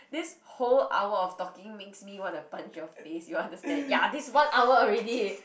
this whole hour of talking makes me want to punch your face you understand ya this one hour already